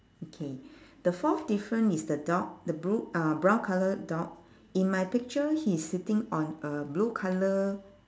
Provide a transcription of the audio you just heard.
okay the fourth different is the dog the blue uh brown colour dog in my picture he is sitting on a blue colour